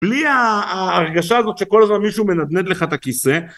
בלי הרגשה הזאת שכל הזמן מישהו מנדנד לך את הכיסא.